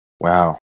Wow